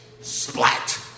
Splat